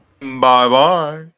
Bye-bye